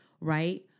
right